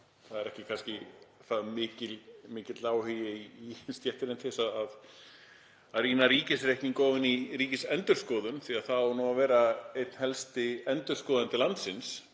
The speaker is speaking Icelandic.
vel og ekki kannski það mikill áhugi í stéttinni til þess að rýna ríkisreikning ofan í Ríkisendurskoðun því það á að vera einn helsti endurskoðandi landsins.